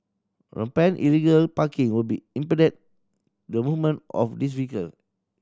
rampant illegal parking will be impede the movement of these vehicle